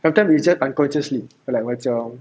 sometime is just unconsciously like macam